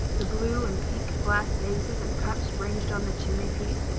the blue and pink glass vases and cups ranged on the chimney-piece,